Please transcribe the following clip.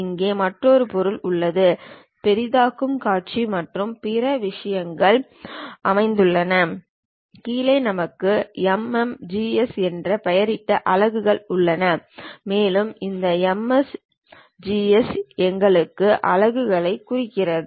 இங்கே மற்றொரு பொருள் உள்ளது பெரிதாக்கு காட்சிகள் மற்றும் பிற விஷயங்கள் அமைந்துள்ளன கீழே நமக்கு MMGS என்று பெயரிடப்பட்ட அலகுகள் உள்ளன மேலும் இந்த MMGS எங்கள் அலகுகளைக் குறிக்கிறது